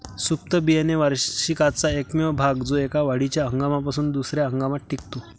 सुप्त बियाणे वार्षिकाचा एकमेव भाग जो एका वाढीच्या हंगामापासून दुसर्या हंगामात टिकतो